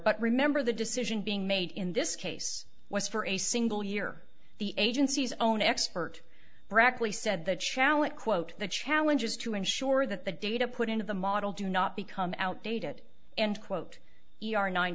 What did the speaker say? but remember the decision being made in this case was for a single year the agency's own expert brackley said the challenge quote the challenge is to ensure that the data put into the model do not become outdated and quote e r nine